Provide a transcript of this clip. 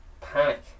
panic